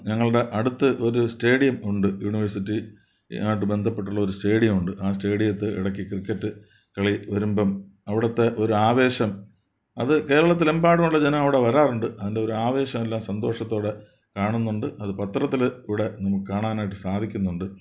ഞങ്ങളുടെ അടുത്ത് ഒരു സ്റ്റേഡിയം ഉണ്ട് യൂണിവേഴ്സിറ്റി ആയിട്ട് ബന്ധപ്പെട്ടുള്ള ഒരു സ്റ്റേഡിയം ഉണ്ട് ആ സ്റ്റേഡിയത്ത് ഇടയ്ക്ക് ക്രിക്കറ്റ് കളി വരുമ്പം അവിടത്തെ ഒരു ആവേശം അത് കേരളത്തിൽ എമ്പാടുമുള്ള ജനം അവിടെ വരാറുണ്ട് അതിൻ്റെ ഒരു ആവേശം അല്ല സന്തോഷത്തോടെ കാണുന്നുണ്ട് അത് പത്രത്തിലൂടെ നമുക്ക് കാണാനായിട്ട് സാധിക്കുന്നുണ്ട്